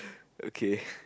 okay ppl